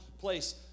place